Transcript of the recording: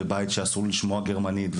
בית שאסור לשמוע גרמנית,